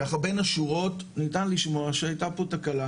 ככה בין השורות ניתן לשמוע שהייתה פה תקלה.